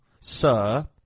Sir